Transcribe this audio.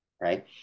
right